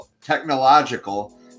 technological